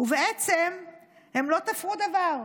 ובעצם הם לא תפרו דבר.